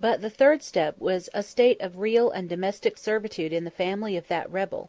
but the third step was a state of real and domestic servitude in the family of that rebel